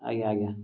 ଆଜ୍ଞା ଆଜ୍ଞା